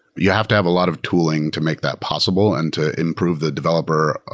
you have to have a lot of tooling to make that possible and to improve the developer